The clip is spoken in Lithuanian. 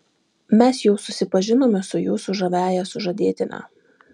mes jau susipažinome su jūsų žaviąja sužadėtine